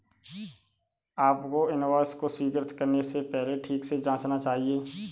आपको इनवॉइस को स्वीकृत करने से पहले ठीक से जांचना चाहिए